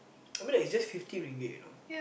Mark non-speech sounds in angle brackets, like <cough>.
<noise> I mean like it's just fifty ringgit you know